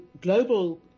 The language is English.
global